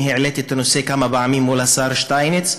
אני העליתי את הנושא כמה פעמים מול השר שטייניץ,